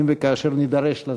אם וכאשר נידרש לזה.